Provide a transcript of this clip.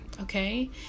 okay